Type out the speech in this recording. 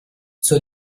zur